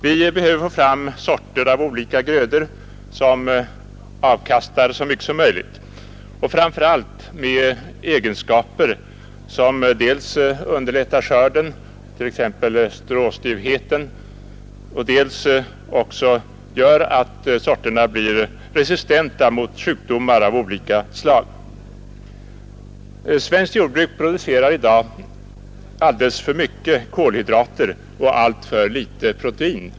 Vi behöver få fram sorter av olika grödor som avkastar så mycket som möjligt och framför allt med egenskaper som dels underlättar skörden — t.ex. stråstyvhet —, dels gör sorterna resistenta mot sjukdomar av olika slag. Svenskt jordbruk producerar i dag alldeles för mycket kolhydrater och alldeles för litet protein.